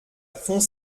font